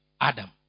Adam